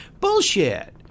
Bullshit